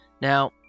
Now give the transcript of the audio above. Now